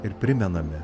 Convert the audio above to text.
ir primename